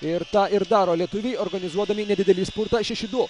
ir tą ir daro lietuviai organizuodami nedidelį spurtą šeši du